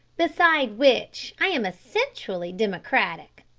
beside which, i am essentially democratic.